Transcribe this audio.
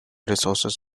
resources